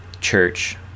church